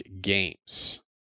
Games